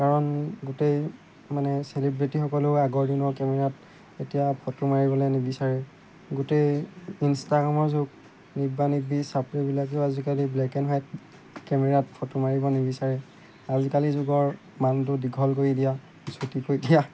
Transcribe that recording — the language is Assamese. কাৰণ গোটেই মানে চেলিব্ৰেটিসকলেও আগৰ দিনৰ কেমেৰাত এতিয়া ফটো মাৰিবলৈ নিবিচাৰে গোটেই ইনষ্টাগ্ৰামৰ যুগ নিব্বা নিব্বি চাপৰিবিলাকেও আজিকালি ব্লেক এণ্ড হোৱাইট কেমেৰাত ফটো মাৰিব নিবিচাৰে আজিকালি যুগৰ মালটো দীঘল কৰি দিয়া চুটি কৰি দিয়া